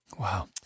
Wow